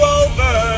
over